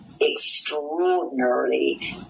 extraordinarily